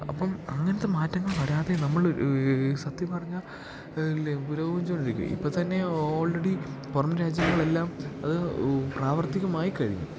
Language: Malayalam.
അപ്പം അങ്ങനത്തെ മാറ്റങ്ങൾ വരാതെ നമ്മള് സത്യം പറഞ്ഞാൽ ഇല്ലെ പുരോഗമിച്ചോണ്ടിരിക്കുക ഇപ്പം തന്നെ ഓൾറെഡി പുറം രാജ്യങ്ങളെല്ലാം അത് പ്രാവർത്തികമായി കഴിഞ്ഞു